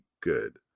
good